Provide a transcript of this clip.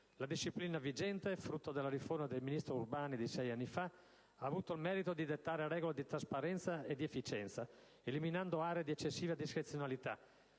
La disciplina vigente, frutto della riforma del ministro Urbani di sei anni fa, ha avuto il merito di dettare regole di trasparenza e di efficienza, eliminando aree di eccessiva discrezionalità,